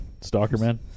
Stalkerman